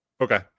Okay